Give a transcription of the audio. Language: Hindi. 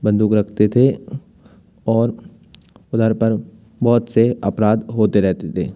बंदूक रखते थे और उधर पर बहुत से अपराध होते रहते थे